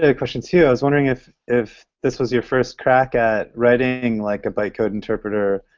ah a question, too, i was wondering if if this was your first crack at writing like a bytecode interpreter.